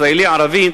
ישראלי-ערבי,